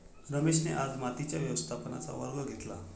रमेशने आज मातीच्या व्यवस्थापनेचा वर्ग घेतला